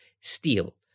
steel